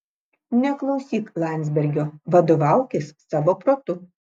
neklausyk landzbergo vadovaukis savo protu